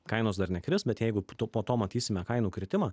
kainos dar nekris bet jeigu po to matysime kainų kritimą